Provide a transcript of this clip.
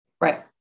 Right